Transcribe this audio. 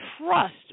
Trust